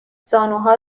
زانوها